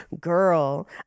girl